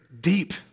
deep